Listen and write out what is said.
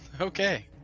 okay